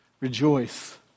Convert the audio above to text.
Rejoice